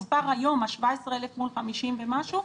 ה-17,000 מול 50,000 ומשהו,